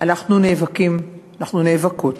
אנחנו נאבקים, אנחנו נאבקות.